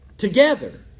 Together